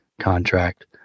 contract